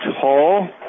Hall